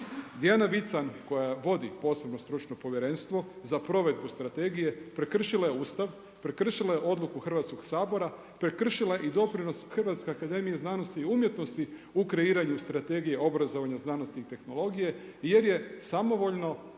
Dijana Vican koja vodi posebno stručno povjerenstvo za provedbu strategije prekršila je Ustav, prekršila je odluku Hrvatskog sabora, prekršila je i doprinos Hrvatske akademije znanosti i umjetnosti u kreiranju Strategije obrazovanja, znanosti i tehnologije, jer je samovoljno